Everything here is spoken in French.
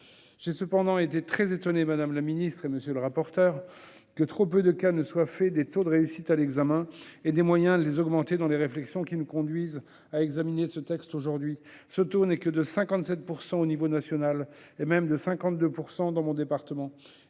J'ai cependant été très étonné, madame la secrétaire d'État, monsieur le rapporteur, que trop peu de cas soit fait des taux de réussite à l'examen, ainsi que des moyens de les augmenter, dans les réflexions qui nous conduisent à examiner ce texte aujourd'hui. Ce taux n'est que de 57 % à l'échelle nationale, et même de 52 % seulement dans mon département